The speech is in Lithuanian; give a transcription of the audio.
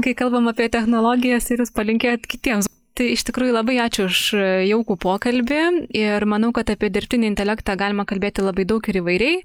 kai kalbam apie technologijas ir jūs palinkėjot kitiems tai iš tikrųjų labai ačiū už jaukų pokalbį ir manau kad apie dirbtinį intelektą galima kalbėti labai daug ir įvairiai